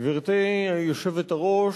גברתי היושבת-ראש,